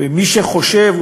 מי שחושב,